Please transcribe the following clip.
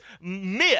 myth